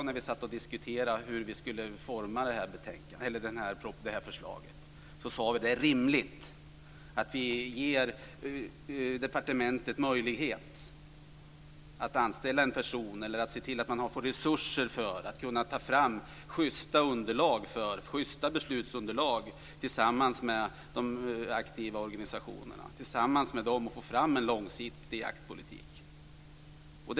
När vi satt och diskuterade hur vi skulle utforma förslaget bedömde vi att det är rimligt att ge departementet möjlighet att anställa en person eller få resurser för att ta fram schysta beslutsunderlag för att tillsammans med de aktiva organisationerna ta fram en långsiktig jaktpolitik.